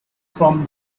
from